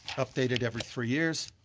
updated every three years.